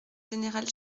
général